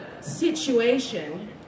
situation